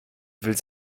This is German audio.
will